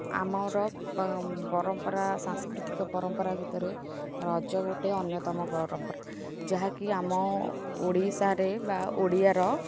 ଆମର ପରମ୍ପରା ସାଂସ୍କୃତିକ ପରମ୍ପରା ଭିତରେ ରଜ ଗୋଟେ ଅନ୍ୟତମ ପରମ୍ପରା ଯାହାକି ଆମ ଓଡ଼ିଶାରେ ବା ଓଡ଼ିଆର